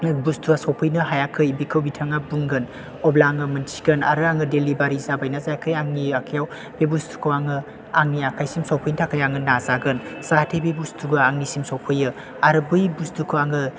बुस्तुआ सौफैनो हायाखै बिखौ बिथाङा बुंगोन अब्ला आङो मोनथिगोन आरो आङो डेलिबारि जाबाय ना जायाखै आंनि आखाइयाव बे बुस्तुखौ आङो आंनि आखाइसिम सौफैनो थाखाय आङो नाजागोन जाहाथे बे बुस्तुआ आंनिसिम सौफैयो आरो बै बुस्तुखौ आङो